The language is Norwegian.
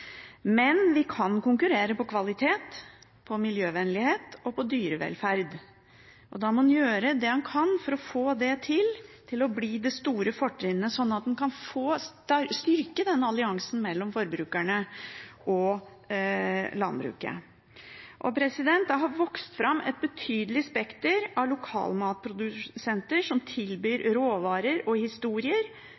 Men vi kan konkurrere på kvalitet, på miljøvennlighet og på dyrevelferd. Da må man gjøre det man kan for å få det til, til at det blir det store fortrinnet sånn at man kan styrke den alliansen mellom forbrukerne og landbruket. Det har vokst fram et betydelig spekter av lokalmatprodusenter som tilbyr